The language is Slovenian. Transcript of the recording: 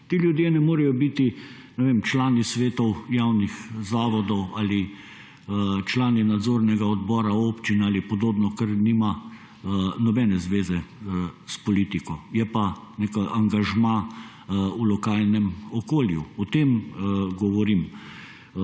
ti ljudje ne morejo biti člani svetov javnih zavodov ali člani nadzornega odbora občin ali podobno, kar nima nobene zveze s politiko, je pa nek angažma v lokalnem okolju. O tem govorim.